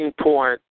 point